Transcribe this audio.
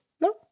No